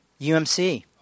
UMC